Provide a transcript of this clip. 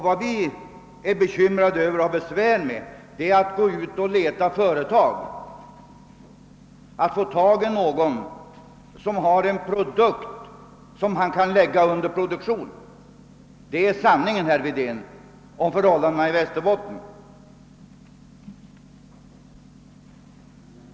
Vad vi är bekymrade över och har besvär med är att få tag i någon företagare som har en produkt som han kan lägga under produktion. Detta är sanningen, herr Wedén, om förhållandena i Västerbotten.